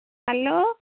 hello